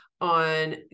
on